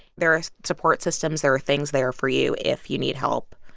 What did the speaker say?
there are support systems. there are things there for you if you need help.